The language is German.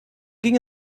ging